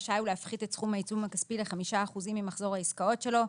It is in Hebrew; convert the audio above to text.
רשאי הוא להפחית את סכום העיצום הכספי ל-5 אחוזים ממחזור העסקאות שלו.